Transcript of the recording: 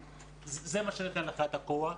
זה מה שנותן לך את הכוח.